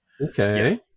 Okay